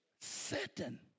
Certain